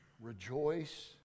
Rejoice